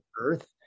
Earth